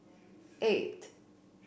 eight